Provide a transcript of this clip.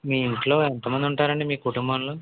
మీ ఇంట్లో ఎంతమంది ఉంటారండి మీ కుటుంబంలో